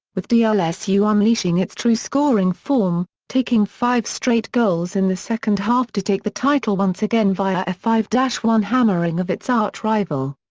with dlsu unleashing its true scoring form, taking five straight goals in the second half to take the title once again via a five one hammering of its archrival.